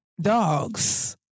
Dogs